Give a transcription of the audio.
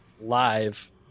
live